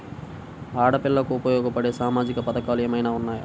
ఆడపిల్లలకు ఉపయోగపడే సామాజిక పథకాలు ఏమైనా ఉన్నాయా?